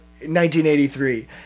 1983